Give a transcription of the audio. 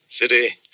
city